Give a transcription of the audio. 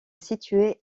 situé